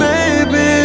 Baby